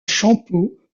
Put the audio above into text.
champeaux